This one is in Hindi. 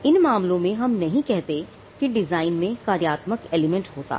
इन मामलों में हम नहीं कहते कि डिजाइन में कार्यात्मक एलिमेंट होता है